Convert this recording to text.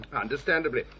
Understandably